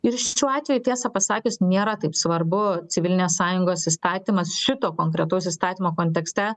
ir šiuo atveju tiesą pasakius nėra taip svarbu civilinės sąjungos įstatymas šito konkretaus įstatymo kontekste